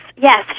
Yes